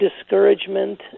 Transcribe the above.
discouragement